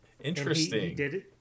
Interesting